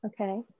okay